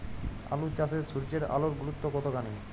আলু চাষে সূর্যের আলোর গুরুত্ব কতখানি?